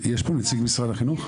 יש פה נציג משרד החינוך?